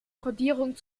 kodierung